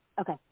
Okay